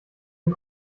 dem